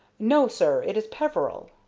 no, sir it is peveril.